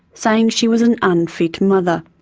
saying she was an unfit mother.